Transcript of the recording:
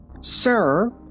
Sir